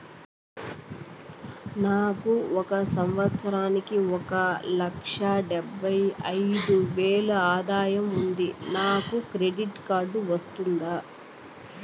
నాకు ఒక సంవత్సరానికి ఒక లక్ష డెబ్బై అయిదు వేలు ఆదాయం ఉంది నాకు క్రెడిట్ కార్డు వస్తుందా?